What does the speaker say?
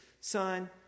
son